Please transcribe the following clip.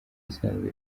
isanzwe